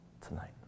tonight